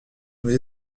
vous